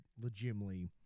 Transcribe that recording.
legitimately